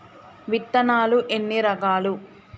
విత్తనాలు ఎన్ని రకాలు?